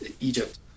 Egypt